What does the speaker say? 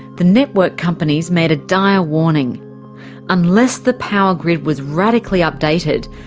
the network companies made a dire warning unless the power grid was radically updated,